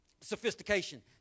sophistication